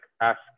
ask